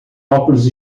óculos